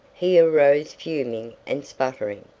he arose fuming and sputtering,